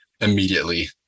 immediately